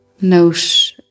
note